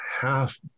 half